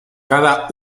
cada